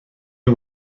nhw